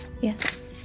yes